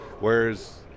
Whereas